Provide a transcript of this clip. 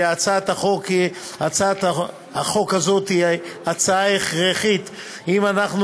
והצעת החוק הזאת היא הצעה הכרחית אם אנחנו